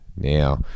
Now